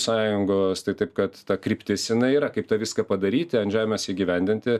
sąjungos tai taip kad ta kryptis jinai yra kaip ta viską padaryti ant žemės įgyvendinti